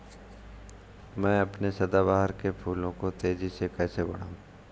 मैं अपने सदाबहार के फूल को तेजी से कैसे बढाऊं?